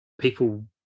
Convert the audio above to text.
people